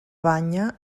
banya